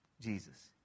Jesus